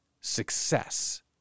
success